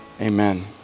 amen